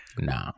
No